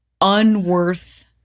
unworth